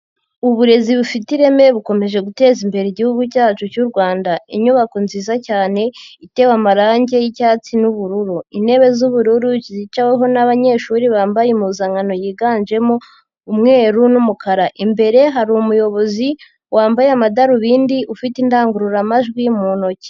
Uburezi bufite ireme bukomeje guteza imbere Igihugu cyacu cy'u Rwanda, inyubako nziza cyane itewe amarangi y'icyatsi n'ubururu, intebe z'ubururu zicaweho n'abanyeshuri bambaye impuzankano yiganjemo umweru n'umukara, imbere hari umuyobozi wambaye amadarubindi ufite indangururamajwi mu ntoki.